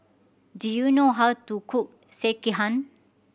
do you know how to cook Sekihan